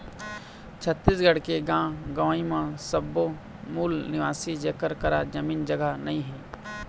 छत्तीसगढ़ के गाँव गंवई म सब्बो मूल निवासी जेखर करा जमीन जघा नइ हे